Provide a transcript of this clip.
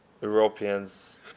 Europeans